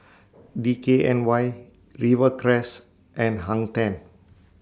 D K N Y Rivercrest and Hang ten